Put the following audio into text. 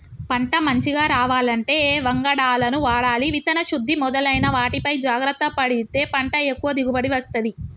పంట మంచిగ రావాలంటే ఏ వంగడాలను వాడాలి విత్తన శుద్ధి మొదలైన వాటిపై జాగ్రత్త పడితే పంట ఎక్కువ దిగుబడి వస్తది